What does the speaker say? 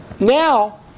Now